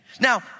Now